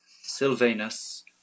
Sylvanus